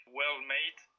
well-made